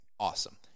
awesome